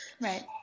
Right